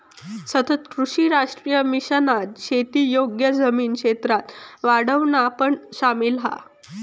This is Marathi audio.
सतत कृषी राष्ट्रीय मिशनात शेती योग्य जमीन क्षेत्राक वाढवणा पण सामिल हा